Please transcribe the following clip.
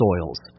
soils